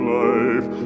life